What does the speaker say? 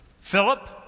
Philip